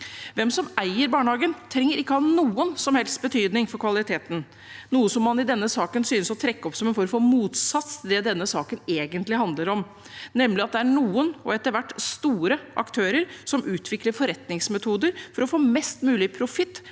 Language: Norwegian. Hvem som eier barnehagen, trenger ikke å ha noen som helst betydning for kvaliteten, noe som man i denne saken synes å trekke opp som en form for motsats til det denne saken egentlig handler om, nemlig at det er noen, og etter hvert store aktører, som utvikler forretningsmetoder for å få mest mulig profitt